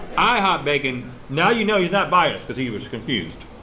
ihop bacon. now you know he's not biased cause he was confused.